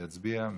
להצביע.